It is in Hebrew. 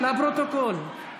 זה לפרוטוקול.